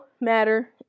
matter